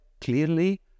clearly